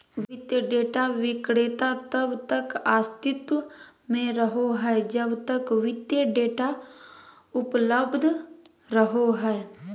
वित्तीय डेटा विक्रेता तब तक अस्तित्व में रहो हइ जब तक वित्तीय डेटा उपलब्ध रहो हइ